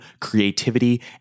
creativity